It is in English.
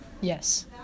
Yes